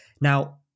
Now